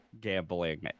gambling